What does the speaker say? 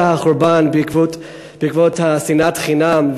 החורבן הגיע בעקבות שנאת חינם.